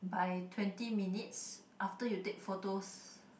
by twenty minutes after you take photos